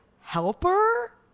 helper